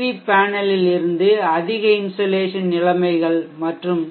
we பேனலில் இருந்து அதிக இன்சோலேஷன் நிலைமைகள் மற்றும்